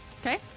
Okay